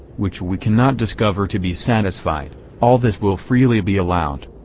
which we cannot discover to be satisfied all this will freely be allowed.